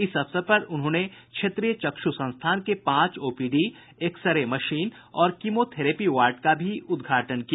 इस अवसर पर उन्होंने क्षेत्रीय चक्षु संस्थान के पांच ओपीडी एक्सरे मशीन और कीमोथेरेपी वार्ड का भी उदघाटन किया